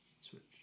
Switch